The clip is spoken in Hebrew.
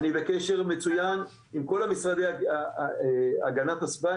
אני בקשר מצוין עם כל משרדי הגנת הסביבה,